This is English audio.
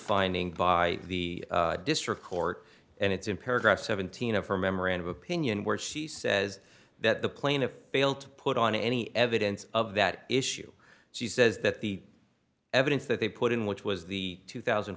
finding by the district court and it's in paragraph seventeen of her memorandum opinion where she says that the plaintiff failed to put on any evidence of that issue she says that the evidence that they put in which was the two thousand